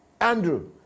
Andrew